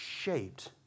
shaped